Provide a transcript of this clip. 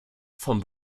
von